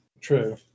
True